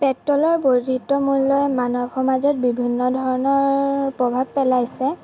পেট্ৰলৰ বৰ্ধিত মূল্যই মানৱ সমাজত বিভিন্ন ধৰণৰ প্ৰভাৱ পেলাইছে